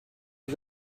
you